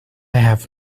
have